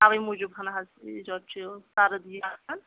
اَوَے موٗجوٗب ہن حظ یورٕ چھِ سَردی آسان